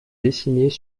dessinés